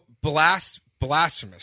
blasphemous